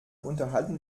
unterhalten